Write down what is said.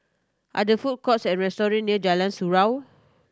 are the food courts or restaurant near Jalan Surau